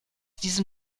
diesem